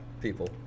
people